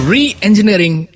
Re-engineering